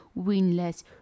winless